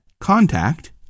contact